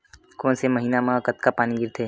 कोन से महीना म कतका पानी गिरथे?